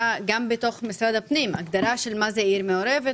בתוך משרד הפנים של מה זה עיר מעורבת.